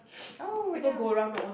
oh we're done